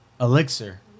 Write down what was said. Elixir